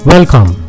Welcome